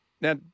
Now